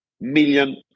Million